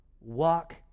walk